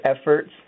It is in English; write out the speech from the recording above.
efforts